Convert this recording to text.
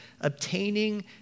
obtaining